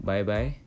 Bye-bye